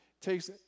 takes